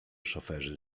szoferzy